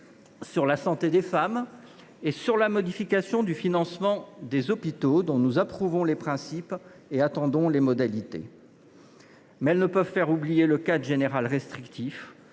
à la santé des femmes et une modification du financement des hôpitaux dont nous approuvons le principe et attendons les modalités. Toutefois, ces mesures ne peuvent faire oublier le cadre général restrictif,